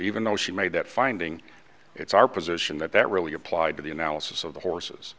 even though she made that finding it's our position that that really applied to the analysis of the horses